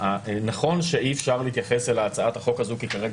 נכון שאי אפשר להתייחס להצעת החוק הזו כי כרגע